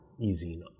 easing